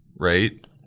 right